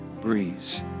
breeze